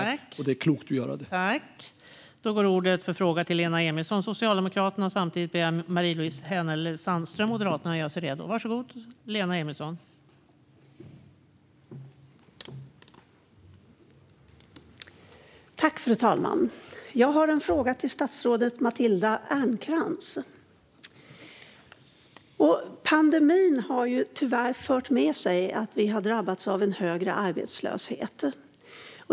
Därför är det klokt att göra detta.